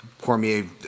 Cormier